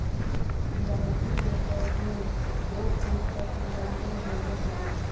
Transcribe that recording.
इलायची के पौधे दो फुट तक लंबे होवअ हई